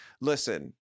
Listen